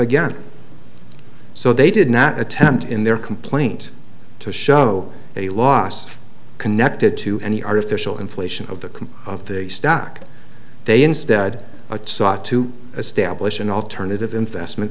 again so they did not attempt in their complaint to show a loss connected to any artificial inflation of the can of the stock they instead sought to establish an alternative investment